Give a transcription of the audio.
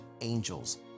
angels